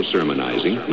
sermonizing